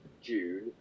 June